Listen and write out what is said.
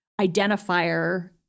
identifier